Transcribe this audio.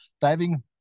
diving